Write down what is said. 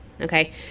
Okay